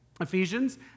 Ephesians